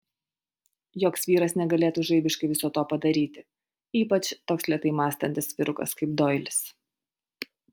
joks vyras negalėtų žaibiškai viso to padaryti ypač toks lėtai mąstantis vyrukas kaip doilis